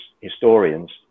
historians